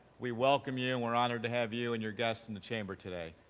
we welcome you and we're honor to have you and your guests in the chamber today.